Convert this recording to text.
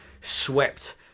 swept